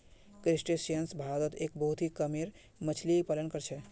crustaceans भारतत एक बहुत ही कामेर मच्छ्ली पालन कर छे